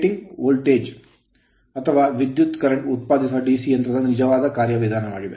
ಇದು alternate ಪರ್ಯಾಯ voltage ಅಥವಾ ವಿದ್ಯುತ್ current ಕರೆಂಟ್ ಉತ್ಪಾದಿಸುವ DC ಯಂತ್ರದ ನಿಜವಾದ ಕಾರ್ಯವಿಧಾನವಾಗಿದೆ